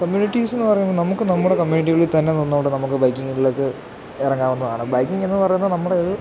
കമ്മ്യൂണീറ്റിസെന്നു പറയുമ്പം നമുക്ക് നമ്മുടെ കമ്മ്യൂണിറ്റിയിൽ തന്നെ നിന്നു കൊണ്ട് നമുക്ക് ബൈക്കിങ്ങിലേക്ക് ഇറങ്ങാവുന്നതാണ് ബൈക്കിങ്ങെന്നു പറയുന്നത് നമ്മുടെ ഒരു